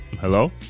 hello